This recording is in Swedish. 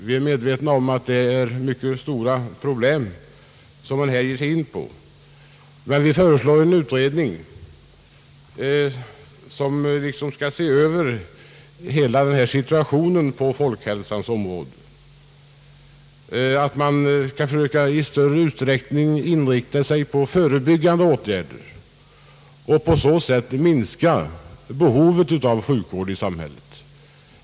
Vi är medvetna om att det är mycket stora problem som vi här ger oss in på, men vi föreslår en utredning som liksom skall se över hela denna situation på folkhälsans område så att man kanske i större utsträckning kan inrikta sig på förebyggande åtgärder och på så sätt minska behovet av sjukvård i samhället.